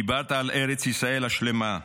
דיברת על ארץ ישראל השלמה,